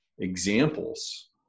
examples